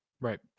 right